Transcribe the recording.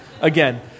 again